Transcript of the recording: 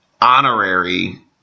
honorary